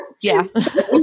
Yes